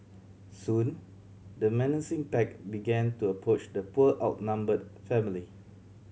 soon the menacing pack began to approach the poor outnumbered family